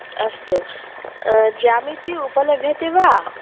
अस्तु ज्यामिति उपलभ्यते वा